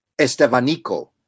Estevanico